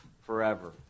forever